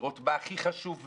לראות מה הכי חשוב לה.